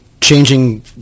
changing